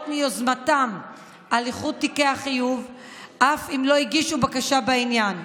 ביוזמתם על איחוד תיקי החייב אף אם לא הגיש בקשה בעניין.